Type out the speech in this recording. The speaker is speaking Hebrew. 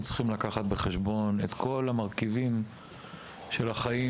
אנחנו צריכים לקחת בחשבון את כל המרכיבים של החיים,